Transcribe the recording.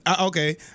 okay